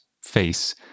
face